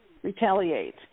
retaliate